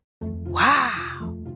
Wow